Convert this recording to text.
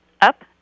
up